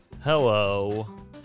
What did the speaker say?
Hello